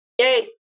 yay